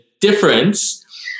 difference